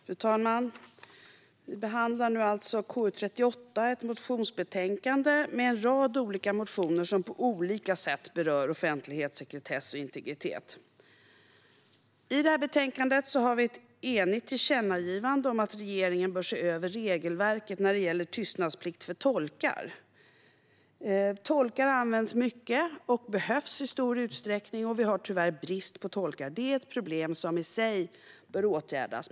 Fru talman! Vi behandlar nu alltså KU38, ett motionsbetänkande med en rad olika motioner som på olika sätt berör offentlighet, sekretess och integritet. I betänkandet har vi ett enigt tillkännagivande om att regeringen bör se över regelverket när det gäller tystnadsplikt för tolkar. Tolkar används mycket och behövs i stor utsträckning. Vi har tyvärr brist på tolkar. Det i sig är ett problem som bör åtgärdas.